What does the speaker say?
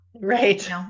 Right